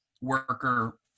worker